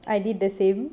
I did the same